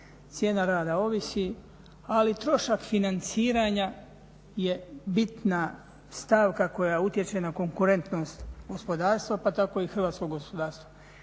cijena rada ovisi ali trošak financiranja je bitna stavka koja utječe na konkurentnost gospodarstva pa tako i hrvatskog gospodarstva.